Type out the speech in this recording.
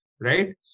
Right